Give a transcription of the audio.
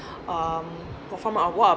um perform of what of